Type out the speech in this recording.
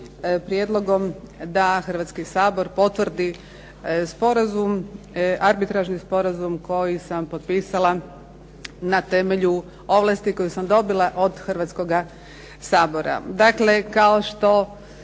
prijedlogom da Hrvatski sabor potvrdi Arbitražni sporazum koji sam potpisala na temelju koju sam dobila od Hrvatskoga sabora. Dakle, kao što